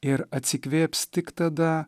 ir atsikvėps tik tada